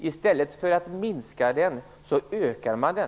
I stället för att minska undervisningstiden ökar man den.